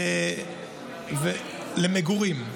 למגורים?